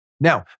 Now